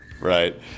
right